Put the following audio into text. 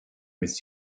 its